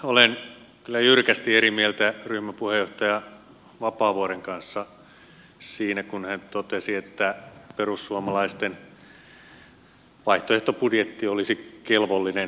olen kyllä jyrkästi eri mieltä ryhmäpuheenjohtaja vapaavuoren kanssa siinä kun hän totesi että perussuomalaisten vaihtoehtobudjetti olisi kelvollinen